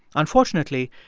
unfortunately,